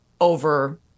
over